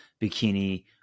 bikini –